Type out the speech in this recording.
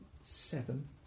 seven